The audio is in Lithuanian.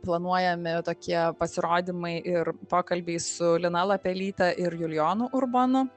planuojami tokie pasirodymai ir pokalbiai su lina lapelyte ir julijonu urbonu